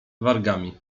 wargami